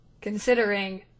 Considering